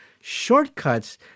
shortcuts